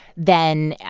then,